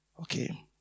Okay